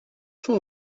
sont